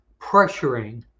pressuring